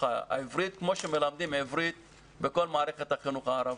העברית כמו שמלמדים עברית בכל מערכת החינוך הערבית.